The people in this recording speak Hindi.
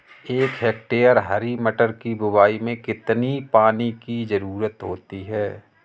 एक हेक्टेयर हरी मटर की बुवाई में कितनी पानी की ज़रुरत होती है?